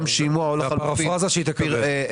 שימוע --- או הפרפרזה שהיא תקבל.